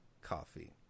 coffee